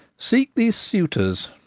seek these suitors.